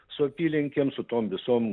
su apylinkėm su tom visom